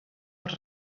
els